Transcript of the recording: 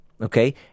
Okay